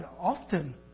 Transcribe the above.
often